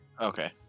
okay